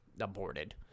aborted